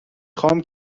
خوام